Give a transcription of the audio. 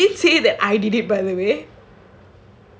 she didn't say that I did it by the way